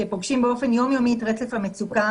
שפוגשים באופן יום-יומי את רצף המצוקה